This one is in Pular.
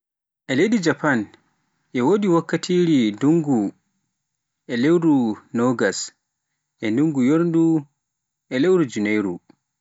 Leydi Japan e wodi wattakire ndungu lewru nogas e ndunngu yoorngu e lewru junairu.